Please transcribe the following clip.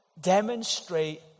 Demonstrate